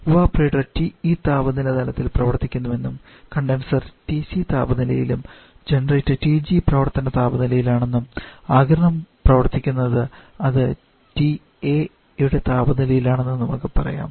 evaporator TE താപനില തലത്തിൽ പ്രവർത്തിക്കുന്നുവെന്നും കണ്ടൻസർ TC താപനിലയിലും ജനറേറ്റർ TG പ്രവർത്തന താപനിലയാണെന്നും ആഗിരണം പ്രവർത്തിക്കുന്നുവെന്നും അത് TA യുടെ താപനിലയാണെന്നും നമുക്ക് പറയാം